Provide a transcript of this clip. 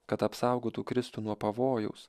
kad apsaugotų kristų nuo pavojaus